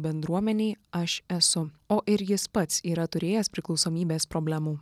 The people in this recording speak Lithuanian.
bendruomenei aš esu o ir jis pats yra turėjęs priklausomybės problemų